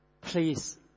please